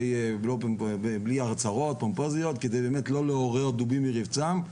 בלי הצהרות פומפוזיות כדי לא לעורר דובים מרבצם,